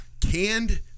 canned